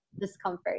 discomfort